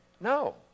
No